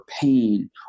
pain